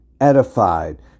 edified